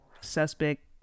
suspect